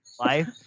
life